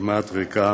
כמעט ריקה,